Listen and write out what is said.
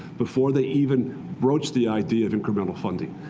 before they even broach the idea of incremental funding.